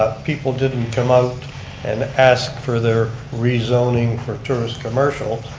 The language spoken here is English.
ah people didn't come out and ask for their rezoning for tourist commercial,